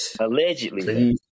Allegedly